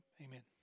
amen